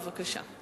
בבקשה.